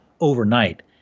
overnight